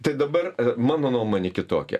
tai dabar mano nuomonė kitokia